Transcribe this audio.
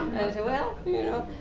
say, well, you know.